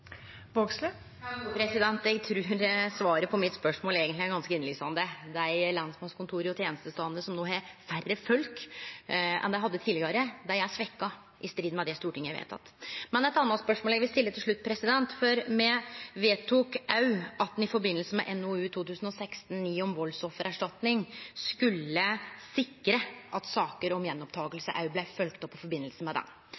Eg trur svaret på spørsmålet mitt eigentleg er ganske innlysande. Dei lensmannskontora og tenestestadene som no har færre folk enn dei hadde tidlegare, er svekte, i strid med det Stortinget har vedteke. Det er eit anna spørsmål eg vil stille til slutt: Me vedtok òg at me i samband med NOU 2016: 9, om valdsoffererstatning, skulle sikre at saker om